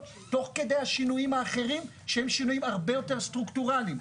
תוך כדי השינויים האחרים שהם שינויים הרבה יותר סטרוקטורליים.